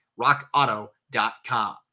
rockauto.com